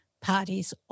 parties